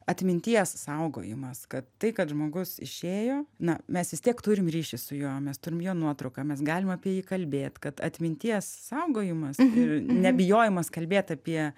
atminties saugojimas kad tai kad žmogus išėjo na mes vis tiek turim ryšį su juo mes turim jo nuotrauką mes galim apie jį kalbėt kad atminties saugojimas ir nebijojimas kalbėt apie